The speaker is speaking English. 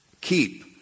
keep